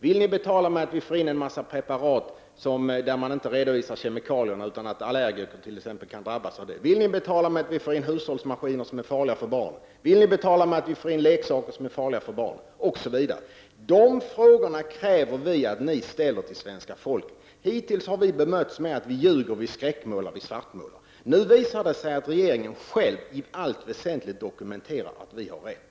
Vill ni betala för att vi får in en mängd preparat, som saknar en redovisning av ingående kemikalier och som gör att t.ex. allergiker kan drabbas? Vill ni betala för att vi får in hushållsmaskiner som är farliga för barn? Vill ni betala för att vi får in leksaker som är farliga för barn? Fler frågor kan ställas. Dessa frågor kräver vi att ni ställer till svenska folket. Hittills har vi bemötts med uttalanden om att vi ljuger, att vi kommer med skräckskildringar och att vi svartmålar. Men nu visar det sig att regeringen själv i allt väsentligt dokumenterar att vi har rätt.